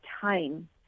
time